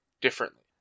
differently